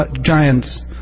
giants